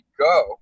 go